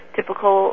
typical